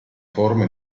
forme